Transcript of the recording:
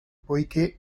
poiché